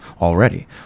already